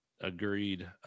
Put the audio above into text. Agreed